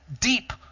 Deep